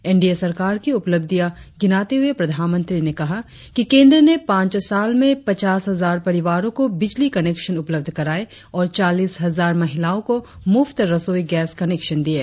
N D A सरकार की उपलब्धिया गिनाते हुए प्रधानमंत्री ने कहा कि केद्र ने पांच साल में पचास हजार परिवारो को बिजली कनेक्शन उपलब्ध कराये और चालीस हजार महिलाओ को मुफ्त रसोई गैस कनेक्शन दिये